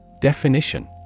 Definition